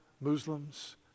Muslims